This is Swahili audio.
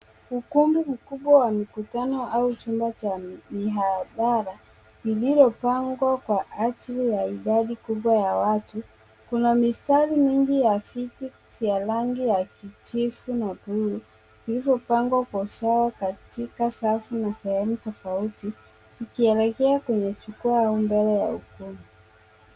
Ukumbi mkubwa wa mikutano au chumba cha mihadhara lililopangwa kwa ajili ya idadi kubwa ya watu. Kuna mistari mingi ya viti vya rangi ya kijivu na bluu zilizopangwa kwa usawa katika safu na sehemu tofauti, zikielekea kwenye jukwaa au mbele ya ukumbi.